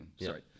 Sorry